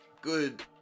good